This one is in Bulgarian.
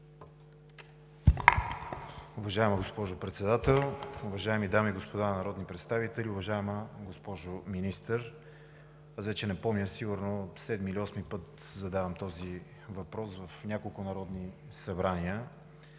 Уважаема госпожо Председател, уважаеми дами и господа народни представители! Уважаема госпожо Министър, аз вече не помня – сигурно седми или осми път задавам този въпрос в няколко народни събрания.